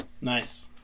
Nice